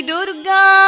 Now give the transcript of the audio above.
Durga